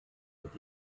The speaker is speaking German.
mit